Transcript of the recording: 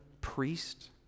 priest